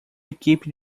equipe